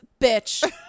bitch